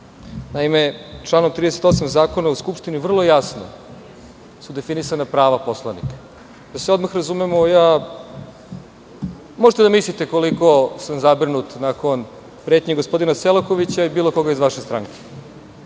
Naime, članom 38. Zakona o Skupštini, vrlo jasno su definisana prava poslanika. Da se odmah razumemo, možete da zamislite koliko sam zabrinut za pretnje gospodina Selakovića ili bilo koga iz vaše stranke.